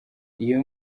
iyo